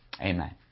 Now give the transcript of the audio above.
Amen